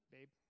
Babe